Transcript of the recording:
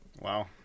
Wow